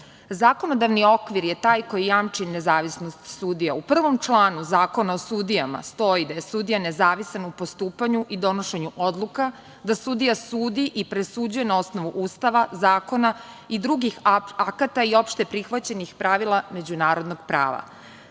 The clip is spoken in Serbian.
sudija. Zakonodavni okvir je taj koji jamči nezavisnost sudija. U prvom članu Zakona o sudijama stoji da je sudija nezavisan u postupanju i donošenju odluka, da sudija sudi i presuđuje na osnovu Ustava, zakona i drugih akata i opšteprihvaćenih pravila međunarodnog prava.